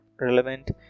relevant